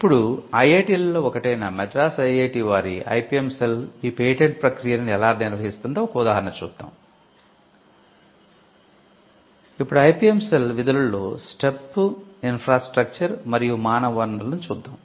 ఇప్పుడు ఐఐటిలలో ఒకటైన మద్రాస్ఐఐటి వారి ఐపిఎం సెల్ ఈ పేటెంట్ ప్రక్రియను ఎలా నిర్వహిస్తుందో ఒక ఉదాహరణ చూద్దాం